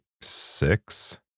six